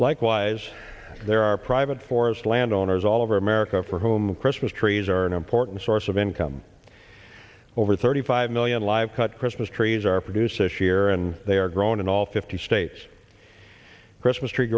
likewise there are private forest land owners all over america for whom christmas trees are an important source of income over thirty five million live cut christmas trees are produces here and they are grown in all fifty states christmas tree